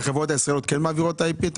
אתה אומר שהחברות הישראליות כן מעבירות IP?